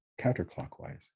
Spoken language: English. counterclockwise